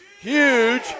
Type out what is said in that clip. huge